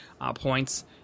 points